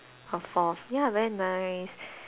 or fourth ya very nice